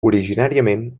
originàriament